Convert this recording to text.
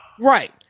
Right